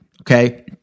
okay